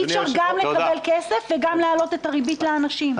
אי-אפשר גם לקבל כסף וגם להעלות את הריבית לאנשים.